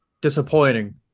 disappointing